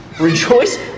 Rejoice